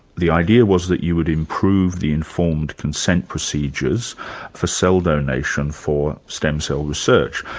the idea was that you would improve the informed consent procedures for cell donation for stem cell research,